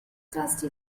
dusty